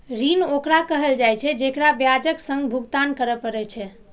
ऋण ओकरा कहल जाइ छै, जेकरा ब्याजक संग भुगतान करय पड़ै छै